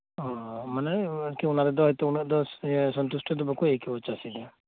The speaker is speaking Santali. ᱚᱻ ᱢᱟᱱᱮ ᱠᱤ ᱚᱱᱟ ᱨᱮᱫᱚ ᱦᱚᱭᱛᱚ ᱩᱱᱟᱹᱜ ᱫᱚ ᱤᱭᱟᱹ ᱥᱚᱱᱛᱩᱥᱴᱚ ᱫᱚ ᱵᱟᱠᱚ ᱟᱹᱭᱠᱟᱹᱣᱟ ᱪᱟᱥᱤ ᱫᱚ